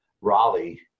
raleigh